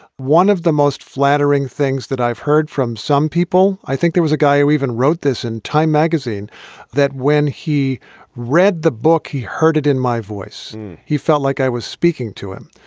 one of the most flattering things that i've heard from some people, i think there was a guy who even wrote this in time magazine that when he read the book, he heard it in my voice and he felt like i was speaking to him.